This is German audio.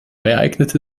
ereignete